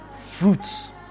fruits